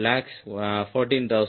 00013890